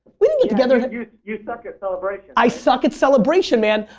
we didn't get together you you suck at celebration. i suck at celebration, man.